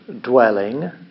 dwelling